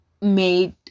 made